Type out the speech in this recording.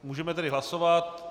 Můžeme tedy hlasovat.